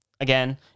Again